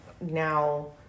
now